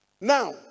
now